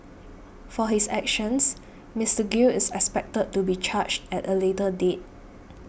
for his actions Mister Gill is expected to be charged at a later date